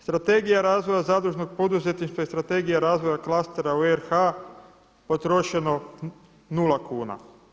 Strategija razvoja zadužnog poduzetništva i Strategija razvoja klastera u RH potrošeno nula kuna.